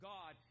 God